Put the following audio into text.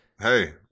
hey